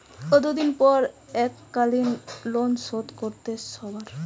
কতদিন পর এককালিন লোনশোধ করতে সারব?